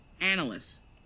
analysts